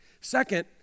Second